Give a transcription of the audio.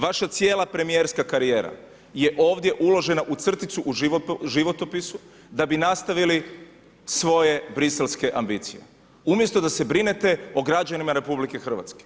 Vaša cijela premijerska karijera je ovdje uložena u crticu u životopisu da bi nastavili svoje briselske ambicije umjesto da se brinete o građanima RH.